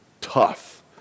tough